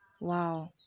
Wow